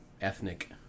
ethnic